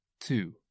two